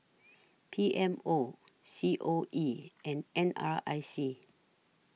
P M O C O E and N R I C